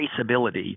traceability